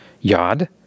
Yod